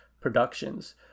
productions